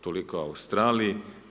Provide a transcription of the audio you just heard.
Toliko o Australiji.